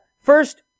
First